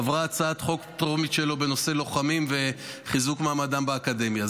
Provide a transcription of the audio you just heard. עברה הצעת חוק טרומית שלו בנושא לוחמים וחיזוק מעמדם באקדמיה,